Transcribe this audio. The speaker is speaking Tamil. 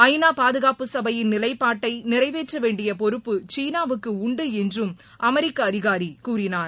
ஐநா பாதுகாப்பு சபையின் நிலைப்பாட்டை நிறைவேற்ற வேண்டிய பொறுப்பு சீனாவுக்கு உண்டு என்றும் அமெரிக்க அதிகாரி கூறினார்